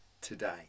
today